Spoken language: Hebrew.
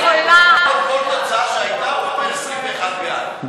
אתמול כל תוצאה שהייתה הוא אומר: 21 בעד,